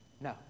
No